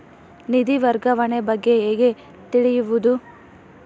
ನಿಧಿ ವರ್ಗಾವಣೆ ಬಗ್ಗೆ ಹೇಗೆ ತಿಳಿಯುವುದು?